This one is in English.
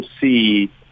see